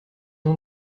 nom